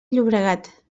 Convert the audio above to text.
llobregat